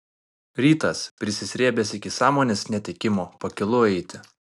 rytas prisisrėbęs iki sąmonės netekimo pakylu eiti